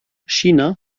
china